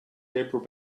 paper